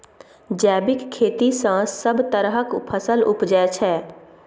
जैबिक खेती सँ सब तरहक फसल उपजै छै